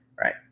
Right